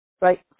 Right